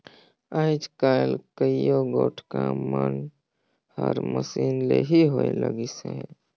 आएज काएल कइयो गोट काम मन हर मसीन ले ही होए लगिस अहे